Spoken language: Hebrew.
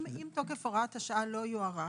אם תוקף הוראת השעה לא יוארך,